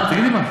תגידי מה?